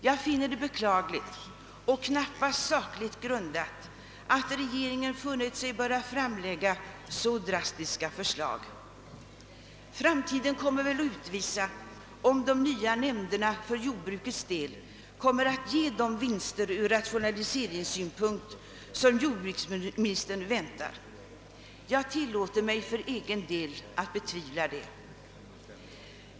Jag finner det beklagligt och knappast sakligt grundat att regeringen funnit sig böra framlägga så drastiska förslag. Framtiden får utvisa, om de nya nämnderna för jordbrukets del kommer att ge de vinster ur rationaliseringssynpunkt som jordbruksministern väntar sig. Jag tillåter mig betvivla det.